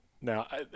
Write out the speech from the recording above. Now